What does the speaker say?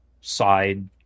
side